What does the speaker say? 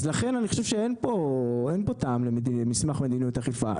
אז לכן אני חושב שאין פה טעם למסמך מדיניות אכיפה.